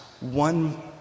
one